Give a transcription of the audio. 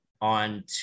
On